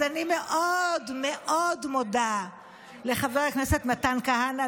אז אני מאוד מאוד מודה לחבר הכנסת מתן כהנא,